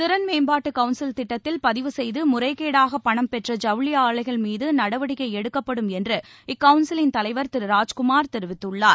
திறன் மேம்பாட்டுகவுன்சில் திட்டத்தில் பதிவு செய்துமுறைகேடாகபணம் பெற்ற ஜவுளிஆலைகள் மீதுநடவடிக்கைஎடுக்கப்படும் என்று இக்கவுன்சிலின் தலைவர் திரு ராஜ்குமார் தெரிவித்துள்ளார்